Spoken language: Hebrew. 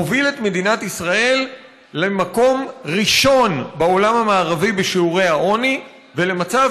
הוביל את מדינת ישראל למקום ראשון בעולם המערבי בשיעורי העוני ולמצב